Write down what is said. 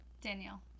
Danielle